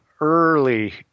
early